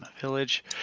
Village